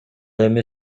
эми